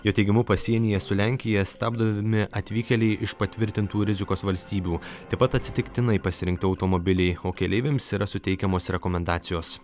jo teigimu pasienyje su lenkija stabdomi atvykėliai iš patvirtintų rizikos valstybių taip pat atsitiktinai pasirinkti automobiliai o keleiviams yra suteikiamos rekomendacijos